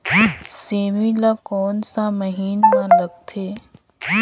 सेमी ला कोन सा महीन मां लगथे?